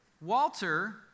Walter